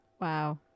Wow